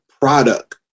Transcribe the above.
product